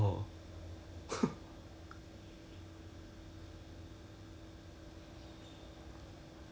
so he's all alone in Singapore but at that time I didn't realise that maybe that was what he was hinting or he was saying lah